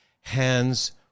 hands